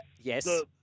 Yes